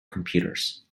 computers